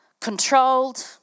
controlled